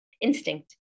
instinct